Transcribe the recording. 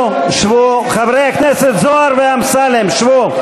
חברי הכנסת זוהר ואמסלם, שבו.